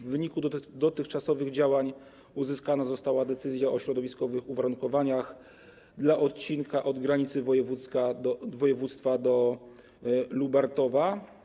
W wyniku dotychczasowych działań uzyskana została decyzja o środowiskowych uwarunkowaniach dla odcinka od granicy województwa do Lubartowa.